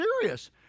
serious